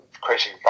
creating